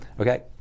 okay